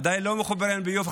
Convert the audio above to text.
עדיין לא מחוברים לביוב.